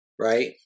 right